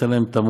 נתן להם תמריץ